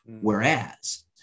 Whereas